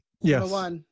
Yes